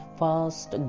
fast